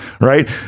right